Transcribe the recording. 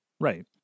right